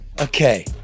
okay